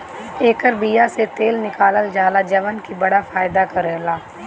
एकर बिया से तेल निकालल जाला जवन की बड़ा फायदा करेला